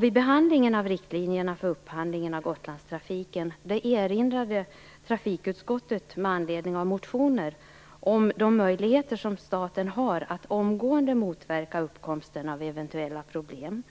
Vid behandlingen av riktlinjerna för upphandlingen av Gotlandstrafiken erinrade sig trafikutskottet med anledning av motioner de möjligheter som staten har att omgående motverka uppkomsten av eventuella problem.